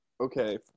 okay